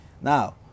Now